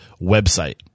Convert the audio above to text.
website